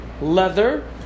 leather